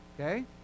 Okay